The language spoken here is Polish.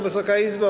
Wysoka Izbo!